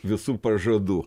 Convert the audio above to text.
visų pažadų